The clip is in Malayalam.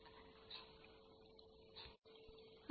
അതു ചെയ്തു